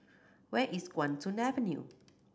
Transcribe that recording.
where is Guan Soon Avenue